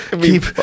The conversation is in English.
keep